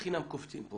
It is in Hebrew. שקיפות,